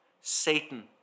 Satan